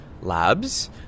labs